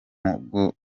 guhura